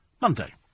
Monday